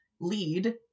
Lead